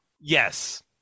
Yes